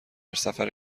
سفر